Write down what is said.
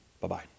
Bye-bye